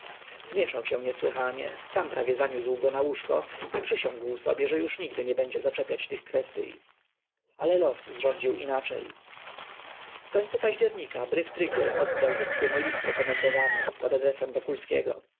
zmieszał się niesłychanie sam prawie zaniósł go na łóżko i przysiągł sobie że już nigdy nie będzie zaczepiać tych kwestyj ale los zrządził inaczej w końcu października bryftregier oddał rzeckiemu list rekomendowany pod adresem wokulskiego